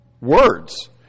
words